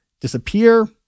disappear